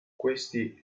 questi